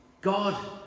God